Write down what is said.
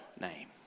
name